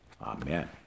Amen